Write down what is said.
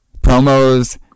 promos